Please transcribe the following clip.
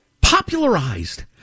popularized